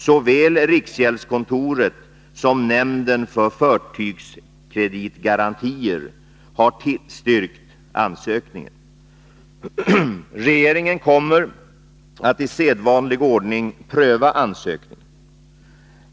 Såväl riksgäldskontoret som nämnden för fartygskreditgarantier har tillstyrkt ansökningen. Regeringen kommer att i sedvanlig ordning pröva ansökningen.